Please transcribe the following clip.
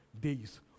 days